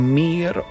mer